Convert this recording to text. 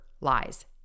lies